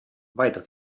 weiter